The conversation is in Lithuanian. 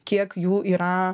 kiek jų yra